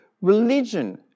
religion